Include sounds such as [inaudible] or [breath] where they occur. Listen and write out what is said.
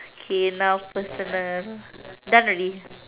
okay now personal [breath] done already